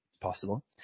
possible